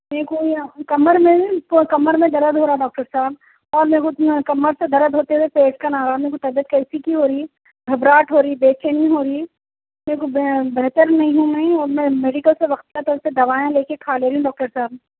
ٹھیک ہوں یاں کمر میں پو کمر میں درد ہو رہا ہے ڈاکٹر صاحب اور میرے کو کمر سے درد ہوتے ہوئے پیٹ کن آ رہا ہے طبیعت کیسی کی ہو رہی ہے گھبراہٹ ہو رہی ہے بے چینی ہو رہی ہے میرے کو بہتر نہیں ہوں میں اور میں میڈیکل سے وختاً طور سے دوائیں لے کر کھا لے رہی ہوں ڈاکٹر صاحب